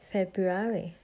February